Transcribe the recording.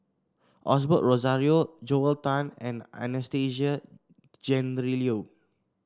Osbert Rozario Joel Tan and Anastasia Tjendri Liew